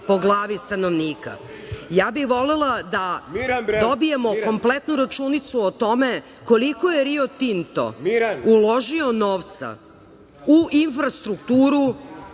po glavi stanovnika. Volela bih da dobijemo kompletnu računicu o tome koliko je Rio Tinto uložio novca u infrastrukturu,